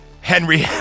Henry